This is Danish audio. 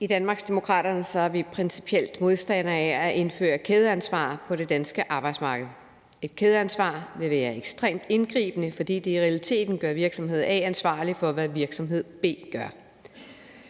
I Danmarksdemokraterne er vi principielt modstandere af at indføre kædeansvar på det danske arbejdsmarked. Et kædeansvar vil være ekstremt indgribende, fordi det i realiteten gør virksomhed A ansvarlig for, hvad virksomhed B gør.